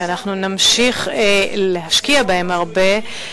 ואנחנו נמשיך להשקיע הרבה,